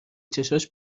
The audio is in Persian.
چشاش